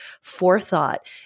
forethought